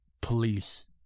police